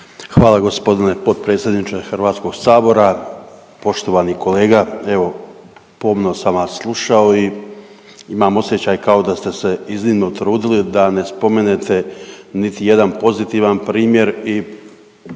Hvala gospodine potpredsjedniče Hrvatskog sabora, poštovani kolega. Evo pomno sam vas slušao i imam osjećaj kao da ste se iznimno trudili da ne spomenete niti jedan pozitivan primjer i